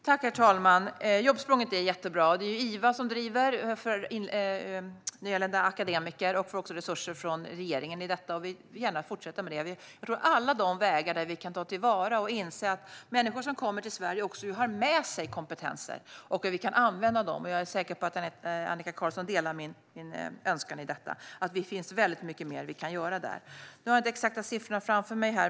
Herr talman! Jobbsprånget är jättebra. Det är Iva som driver det för nyanlända akademiker. De får också resurser från regeringen till detta. Vi vill gärna fortsätta med det. Det handlar om att inse att människor som kommer till Sverige också har med sig kompetenser. Det handlar om hur vi kan ta till vara och använda dem. Jag är säker på att Annika Qarlsson delar min önskan i detta. Där finns det väldigt mycket mer vi kan göra. Nu har jag inte de exakta siffrorna framför mig.